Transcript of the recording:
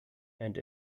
and